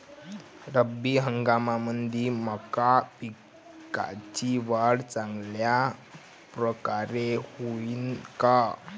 रब्बी हंगामामंदी मका पिकाची वाढ चांगल्या परकारे होईन का?